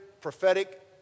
prophetic